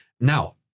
Now